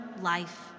life